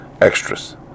extras